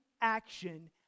action